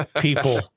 people